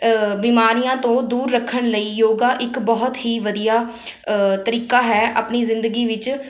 ਬਿਮਾਰੀਆਂ ਤੋਂ ਦੂਰ ਰੱਖਣ ਲਈ ਯੋਗਾ ਇੱਕ ਬਹੁਤ ਹੀ ਵਧੀਆ ਤਰੀਕਾ ਹੈ ਆਪਣੀ ਜ਼ਿੰਦਗੀ ਵਿੱਚ